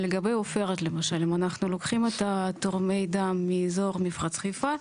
לגבי עופרת למשל אם אנחנו לוקחים את תורמי הדם מאזור מפרץ חיפה,